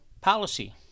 policy